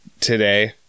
today